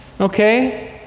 okay